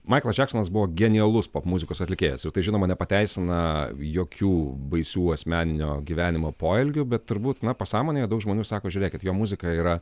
maiklas džeksonas buvo genialus popmuzikos atlikėjas ir tai žinoma nepateisina jokių baisių asmeninio gyvenimo poelgių bet turbūt na pasąmonėje daug žmonių sako žiūrėkit jo muzika yra